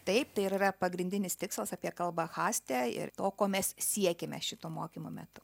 taip tai ir yra pagrindinis tikslas apie kalba haste ir to ko mes siekiame šito mokymo metu